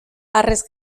harrez